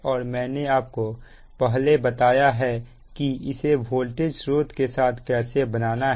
और मैंने आपको पहले बताया है कि इसे वोल्टेज स्रोत के साथ कैसे बनाना है